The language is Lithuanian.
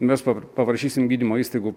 mes paprašysim gydymo įstaigų